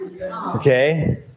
Okay